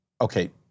okay